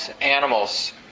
animals